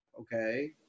Okay